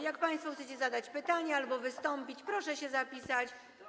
Jak państwo chcecie zadać pytanie albo wystąpić, to proszę się zapisać.